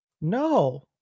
No